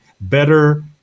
better